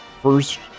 first